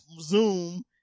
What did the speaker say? zoom